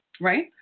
Right